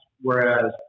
whereas